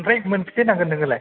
आमफ्रा मोनबेसे नांगोन नोंनोलाय